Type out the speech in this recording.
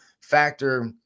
factor